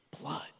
blood